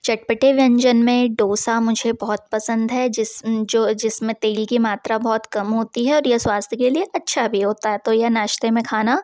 चटपटे व्यंजन में डोसा मुझे बहुत पसंद है जिस में जो जिस में तेल की मात्रा बहुत कम होती है और यह स्वास्थ्य के लिए अच्छा भी होता है तो यह नास्ते में खाना